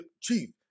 chief